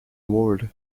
ward